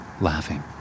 laughing